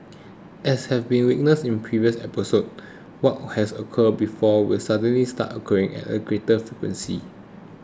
as have been witnessed in previous episodes what has occurred before will suddenly start occurring at a greater frequency